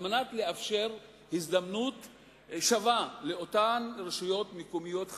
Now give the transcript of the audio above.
כדי לאפשר הזדמנות שווה לרשויות מקומיות חלשות,